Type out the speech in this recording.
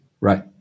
Right